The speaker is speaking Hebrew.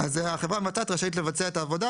אז החברה המבצעת רשאית לבצע את העבודה